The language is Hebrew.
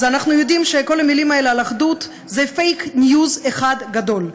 אז אנחנו יודעים שכל המילים על אחדות זה "פייק ניוז" אחד גדול.